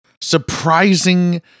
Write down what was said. surprising